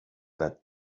that